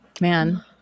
Man